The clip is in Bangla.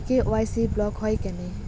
কে.ওয়াই.সি ব্লক হয় কেনে?